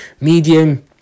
medium